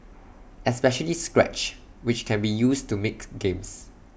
especially scratch which can be used to makes games